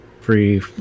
free